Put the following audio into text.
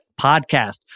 podcast